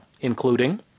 including